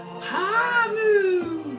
hamu